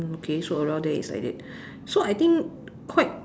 okay so around there is like that so I think quite